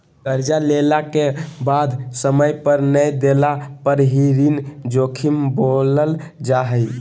कर्जा लेला के बाद समय पर नय देला पर ही ऋण जोखिम बोलल जा हइ